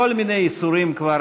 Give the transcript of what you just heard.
כל מיני איסורים כבר,